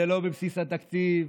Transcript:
זה לא בבסיס התקציב,